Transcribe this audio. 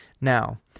Now